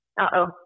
uh-oh